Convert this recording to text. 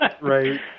Right